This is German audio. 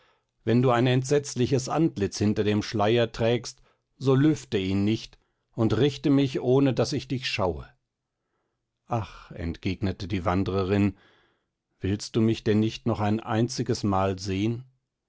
wenn du ein entsetzliches antlitz hinter dem schleier trägst so lüfte ihn nicht und richte mich ohne daß ich dich schaue ach entgegnete die wandrerin willst du mich denn nicht noch ein einziges mal sehn